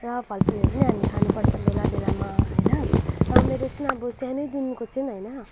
र फलफुलहरू पनि हामी खानु पर्छ बेला बेलामा होइन र मेरो चाहिँ अब सानैदिखिको चाहिँ होइन